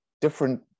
different